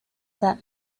that